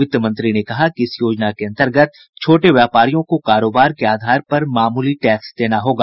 वित्त मंत्री ने कहा कि इस योजना के अंतर्गत छोटे व्यापारियों को कारोबार के आधार पर मामूली टैक्स देना होगा